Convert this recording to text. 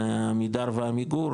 זה עמידר ועמיגור,